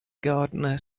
gardener